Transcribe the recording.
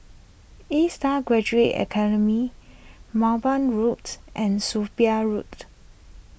A Star Graduate Academy Mowbray Roads and Sophia Road